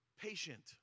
Patient